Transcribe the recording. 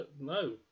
no